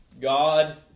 God